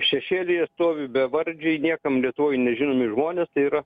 šešėlyje stovi bevardžiai niekam lietuvoj nežinomi žmonės tai yra